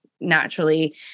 naturally